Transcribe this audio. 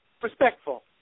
respectful